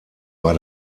war